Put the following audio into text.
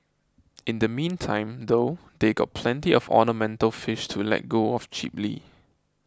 in the meantime though they've got plenty of ornamental fish to let go of cheaply